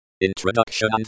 Introduction